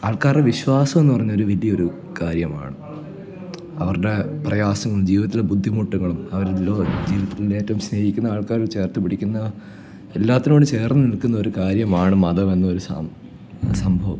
ആൾക്കാരുടെ വിശ്വാസമെന്ന് പറയുന്ന ഒരു വലിയൊരു കാര്യമാണ് അവരുടെ പ്രയാസവും ജീവിതത്തിലെ ബുദ്ധിമുട്ടുകളും അവർ ജീവിതത്തിൻ്റെ ഏറ്റവും സ്നേഹിക്കുന്ന ആൾക്കാർ ചേർത്തുപിടിക്കുന്ന എല്ലാത്തിനോടും ചേർന്നു നിൽക്കുന്നൊരു കാര്യമാണ് മതമെന്ന് ഒരു സംഭവം